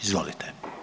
Izvolite.